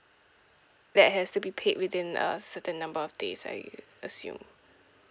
that has to be paid within a certain number of days I assume